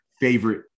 favorite